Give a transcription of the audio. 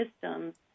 systems